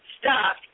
stop